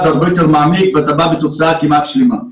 הרבה יותר מעמיק ואתה בא בתוצאה כמעט שלמה.